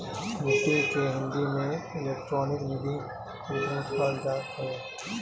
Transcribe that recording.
NEFT के हिंदी में electronic निधि अंतरण कहल जात हवे